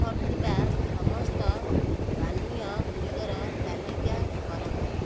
offer ଥିବା ସମସ୍ତ ପାନୀୟଗୁଡ଼ିକର ତାଲିକା କରନ୍ତୁ